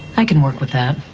i can work with that.